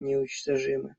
неуничтожимы